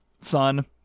son